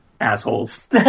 assholes